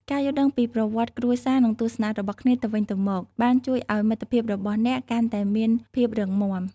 ការយល់ដឹងពីប្រវត្តិគ្រួសារ និងទស្សនៈរបស់គ្នាទៅវិញទៅមកបានជួយឲ្យមិត្តភាពរបស់អ្នកកាន់តែមានភាពរឹងមាំ។